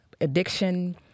Addiction